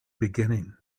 beginning